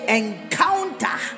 encounter